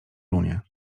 runie